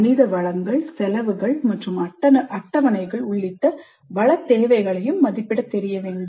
மனித வளங்கள் செலவுகள் மற்றும் அட்டவணைகள் உள்ளிட்ட வள தேவைகளை மதிப்பிடுங்கள்